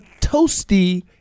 toasty